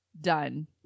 done